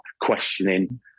questioning